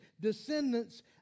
descendants